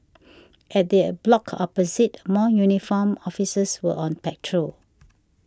vat the block opposite more uniformed officers were on patrol